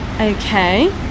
okay